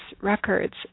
records